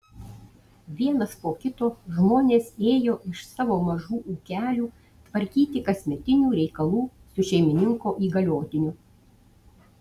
vienas po kito žmonės ėjo iš savo mažų ūkelių tvarkyti kasmetinių reikalų su šeimininko įgaliotiniu